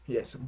Yes